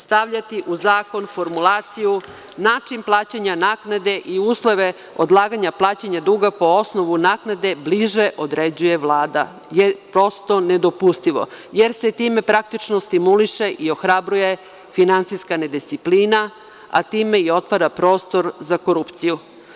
Stavljati u zakon formulaciju, način plaćanja naknade i uslove odlaganja plaćanja duga po osnovu naknade bliže određuje Vlada, je prosto nedopustivo, jer se time praktično stimuliše i ohrabruje finansijska nedisciplina a time i otvara prostor za korupciju.